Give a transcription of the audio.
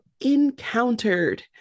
Encountered